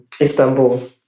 Istanbul